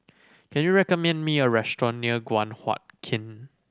can you recommend me a restaurant near Guan Huat Kiln